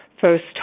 first